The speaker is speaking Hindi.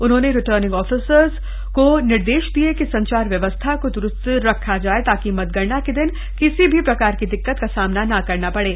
उन्होंने रिटर्निंग ऑफिसर को निर्देश दिये कि संचार व्यवस्था को दुरूस्त रखा जाय ताकि मतगणना के दिन किसी प्रकार की दिक्कत का सामना न करना पड़े